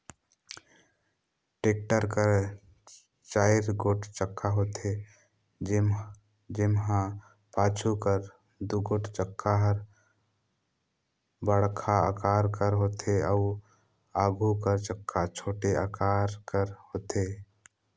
tractor कर चाएर गोट चक्का होथे, जेम्हा पाछू कर दुगोट चक्का हर बड़खा अकार कर होथे अउ आघु कर चक्का छोटे अकार कर होथे